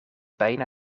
bijna